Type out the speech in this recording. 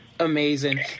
amazing